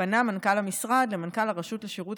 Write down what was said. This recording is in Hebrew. פנה מנכ"ל המשרד למנכ"ל הרשות לשירות